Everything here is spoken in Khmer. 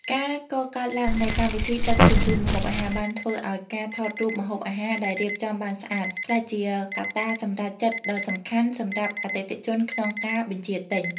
ការកកើតឡើងនៃកម្មវិធីដឹកជញ្ជូនម្ហូបអាហារ បានធ្វើឱ្យការថតរូបម្ហូបអាហារដែលរៀបចំបានស្អាត ក្លាយជាកត្តាសម្រេចចិត្តដ៏សំខាន់សម្រាប់អតិថិជនក្នុងការបញ្ជាទិញ។